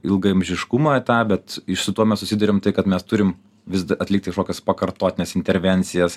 ilgaamžiškumą tą bet su tuo mes susiduriam tai kad mes turim vis atlikti kažkokias pakartotines intervencijas